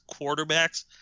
quarterbacks